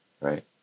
right